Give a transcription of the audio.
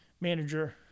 manager